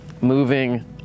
Moving